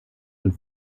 und